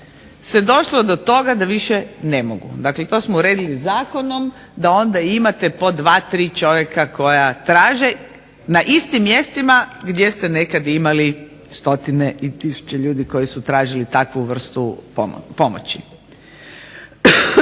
se došlo do toga da više ne mogu. Dakle, i to smo uredili zakonom da onda imate po dva, tri čovjeka koja traže na istim mjestima gdje ste nekada imali stotine i tisuće ljudi koji su tražili takvu vrstu pomoći.